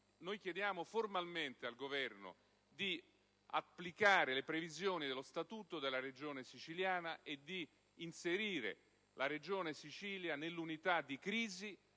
chiediamo formalmente al Governo di applicare le previsioni dello Statuto della Regione siciliana e di inserire la Regione stessa nell'unità di crisi,